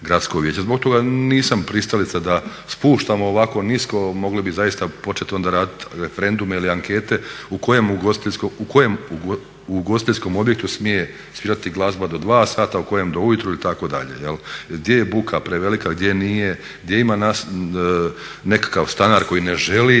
gradsko vijeće. Zbog toga nisam pristalica da spuštamo ovako nisko, mogli bi zaista početi onda raditi referendume ili ankete u kojem ugostiteljskom objektu smije svirati glazba do 2 sata, a u kojem do ujutro ili tako dalje. Gdje je buka prevelika, gdje nije, gdje ima nekakav stanar koji ne želi